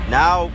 now